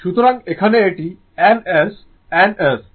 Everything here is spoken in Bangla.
সুতরাং এখানে এটি N S N S